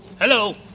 hello